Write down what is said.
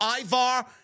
Ivar